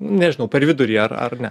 nežinau per vidurį ar ar ne